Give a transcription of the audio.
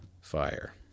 fire